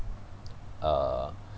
uh